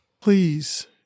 please